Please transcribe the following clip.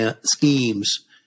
schemes